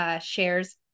shares